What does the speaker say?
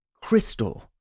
crystal